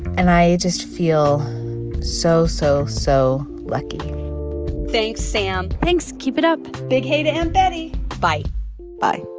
and i just feel so, so, so lucky thanks, sam thanks. keep it up big hey to aunt betty bye bye